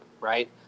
right